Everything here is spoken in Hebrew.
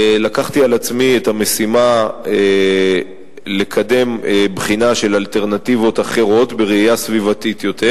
לקחתי על עצמי את המשימה לקדם בחינה של אלטרנטיבות בראייה סביבתית יותר,